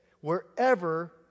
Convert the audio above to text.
wherever